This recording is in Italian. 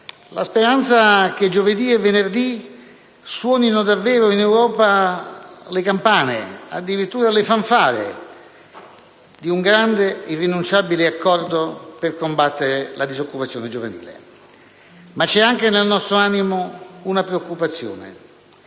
la speranza che giovedì e venerdì suonino davvero in Europa le campane (addirittura, le fanfare) di un grande e irrinunciabile accordo per combattere la disoccupazione giovanile. Ma nel nostro animo c'è anche la preoccupazione